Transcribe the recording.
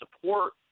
support